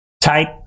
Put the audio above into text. type